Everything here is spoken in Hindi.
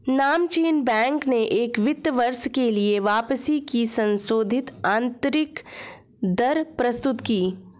नामचीन बैंक ने इस वित्त वर्ष के लिए वापसी की संशोधित आंतरिक दर प्रस्तुत की